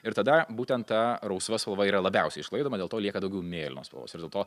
ir tada būtent ta rausva spalva yra labiausiai išsklaidoma dėl to lieka daugiau mėlynos spalvos ir dėl to